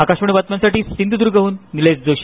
आकाशबाणी बातम्यांसाठी सिंधुद्र्गहन निलेश जोशी